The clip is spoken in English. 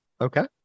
okay